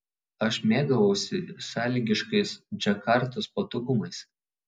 aš mėgavausi sąlygiškais džakartos patogumais